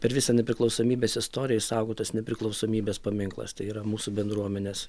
per visą nepriklausomybės istoriją išsaugotas nepriklausomybės paminklas tai yra mūsų bendruomenės